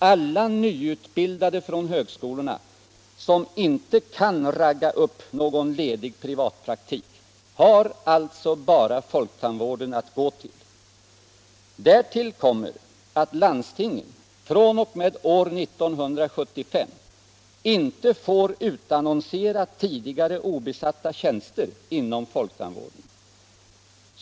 Alla nyutbildade från högskolorna som inte kan ragga upp någon ledig privatpraktik har alltså bara folktandvården att gå till. Därtill kommer att landstingen fr.o.m. år 1975 inte får utannonsera tidigare obesatta tjänster inom folktandvården.